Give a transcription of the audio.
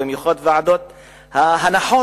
ובמיוחד ועדת ההנחות,